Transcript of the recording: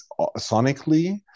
sonically